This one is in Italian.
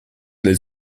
del